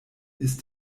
ist